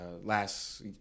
last